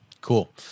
Cool